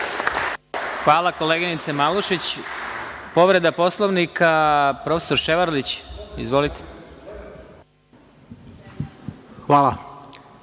Hvala koleginice Malušić. Povreda Poslovnika, prof. Ševarlić. Izvolite.